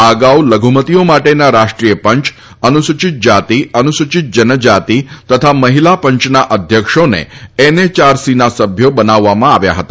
આ અગાઉ લધુમતીઓ માટેના રાષ્ટ્રીય પંચ અનુસુચિત જાતી અનુસુચિત જનજાતિ તથા મહિલા પંચના અધ્યક્ષોને એનએચઆરસીના સભ્યો બનાવવામાં આવ્યા હતા